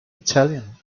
italian